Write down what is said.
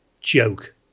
joke